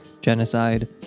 genocide